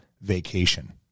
vacation